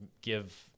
give